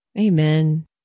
Amen